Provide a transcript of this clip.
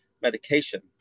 medication